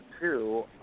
two